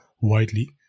widely